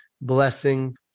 blessing